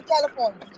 California